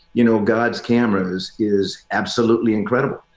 you know, god's cameras is absolutely incredible.